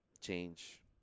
Change